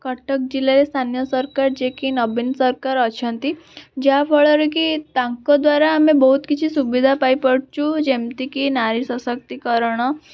କଟକ ଜିଲ୍ଲାରେ ସ୍ଥାନୀୟ ସରକାର ଯିଏ କି ନବୀନ ସରକାର ଅଛନ୍ତି ଯାହାଫଳରେକି ତାଙ୍କ ଦ୍ଵାରା ଆମେ ବହୁତ କିଛି ସୁବିଧା ପାଇ ପାରୁଛୁ ଯେମିତିକି ନାରୀ ସଶକ୍ତିକରଣ